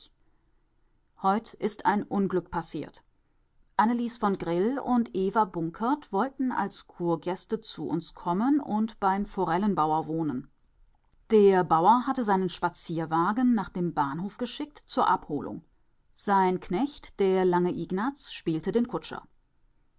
heut ist ein unglück passiert annelies von grill und eva bunkert wollten als kurgäste zu uns kommen und beim forellenbauer wohnen der bauer hatte seinen spazierwagen nach dem bahnhof geschickt zur abholung sein knecht der lange ignaz spielte den kutscher